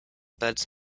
beds